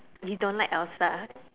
you don't like Elsa